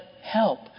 help